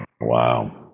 Wow